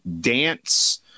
dance